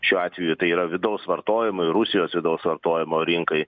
šiuo atveju tai yra vidaus vartojimui rusijos vidaus vartojimo rinkai